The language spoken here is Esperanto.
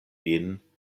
vin